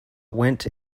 went